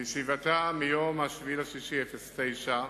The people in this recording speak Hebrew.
בישיבתה ב-7 ביוני 2009,